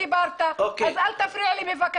לא הפרעתי לך כשדיברת, אז אל תפריע לי בבקשה.